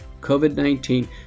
COVID-19